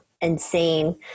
insane